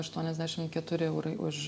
aštuoniasdešim keturi eurai už